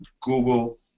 Google